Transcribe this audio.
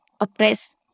oppressed